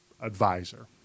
advisor